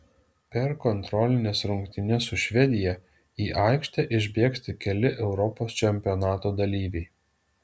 per kontrolines rungtynes su švedija į aikštę išbėgs tik keli europos čempionato dalyviai